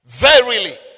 Verily